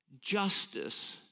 Justice